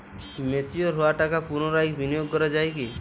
Mature হওয়া টাকা পুনরায় বিনিয়োগ করা য়ায় কি?